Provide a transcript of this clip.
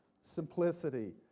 simplicity